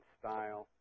style